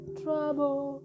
trouble